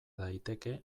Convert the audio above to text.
daiteke